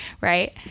Right